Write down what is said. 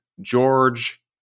George